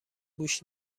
گوش